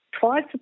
Twice